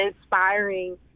inspiring